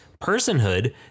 personhood